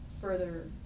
further